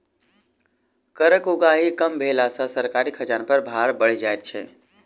करक उगाही कम भेला सॅ सरकारी खजाना पर भार बढ़ि जाइत छै